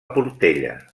portella